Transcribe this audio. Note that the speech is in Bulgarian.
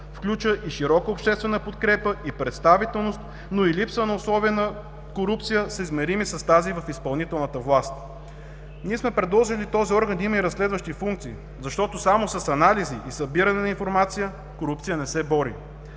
включва и широко обществена подкрепа, и представителност, но и липса на условия на корупция, съизмерими с тази в изпълнителната власт. Ние сме предложили този орган да има и разследващи функции, защото само с анализи и събиране на информация корупция не се бори.